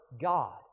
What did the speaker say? God